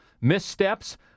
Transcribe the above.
missteps